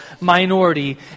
minority